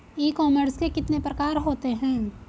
ई commerce के कितने प्रकार होते हैं?